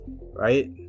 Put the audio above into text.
right